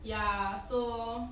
ya so